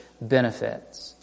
benefits